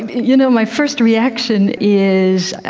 you know, my first reaction is,